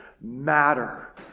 matter